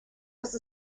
was